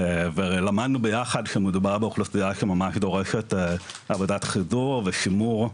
ולמדנו ביחד שמדובר באוכלוסיה שממש דורשת עבודת חיזור ושימור,